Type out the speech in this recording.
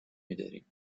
میداریم